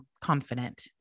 confident